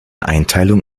einteilung